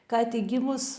ką tik gimus